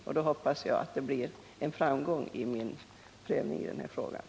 Jag hoppas att detta medför en framgång för mina strävanden i detta ärende.